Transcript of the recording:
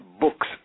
books